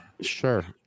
sure